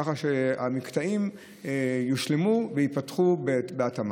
ככה שהמקטעים יושלמו וייפתחו בהתאמה.